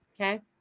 Okay